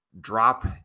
drop